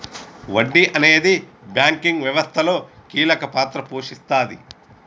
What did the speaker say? వడ్డీ అనేది బ్యాంకింగ్ వ్యవస్థలో కీలక పాత్ర పోషిస్తాది